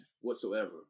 whatsoever